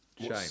Shame